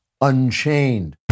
Unchained